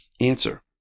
answer